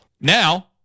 Now